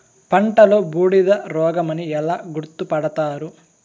పంటలో బూడిద రోగమని ఎలా గుర్తుపడతారు?